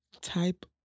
Type